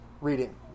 reading